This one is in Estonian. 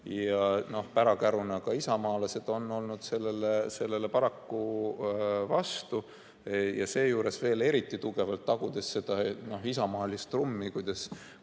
ja pärakäruna ka isamaalased on olnud sellele paraku vastu ja seejuures veel eriti tugevalt tagudes seda isamaalist trummi, et